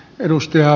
edustaja